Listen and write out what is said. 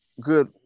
good